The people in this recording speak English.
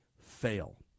fail